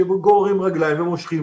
שהם גוררים רגליים ומושכים.